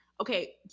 okay